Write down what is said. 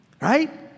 Right